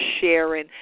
sharing